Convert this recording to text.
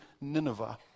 Nineveh